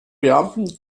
beamten